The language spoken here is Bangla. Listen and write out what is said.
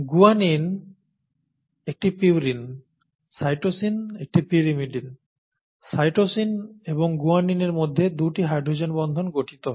গুয়ানিন একটি পিউরিন সাইটোসিন একটি পিরিমিডিন সাইটোসিন এবং গুয়ানিনের মধ্যে দুটি হাইড্রোজেন বন্ধন গঠিত হয়